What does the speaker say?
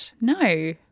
No